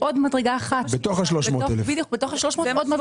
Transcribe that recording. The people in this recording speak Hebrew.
עוד מדרגה אחת בתוך ה-300,000 שקל?